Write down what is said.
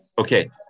okay